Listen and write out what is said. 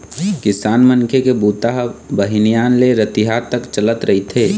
किसान मनखे के बूता ह बिहनिया ले रतिहा तक चलत रहिथे